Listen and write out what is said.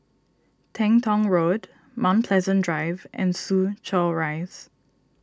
Teng Tong Road Mount Pleasant Drive and Soo Chow Rise